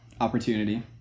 opportunity